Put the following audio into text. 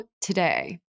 today